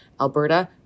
Alberta